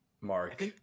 Mark